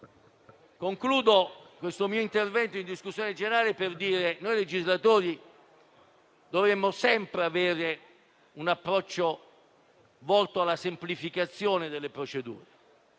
Concludo questo mio intervento in discussione generale per dire che noi legislatori dovremmo sempre avere un approccio volto alla semplificazione delle procedure.